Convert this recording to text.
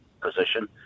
position